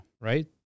Right